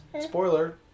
Spoiler